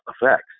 effects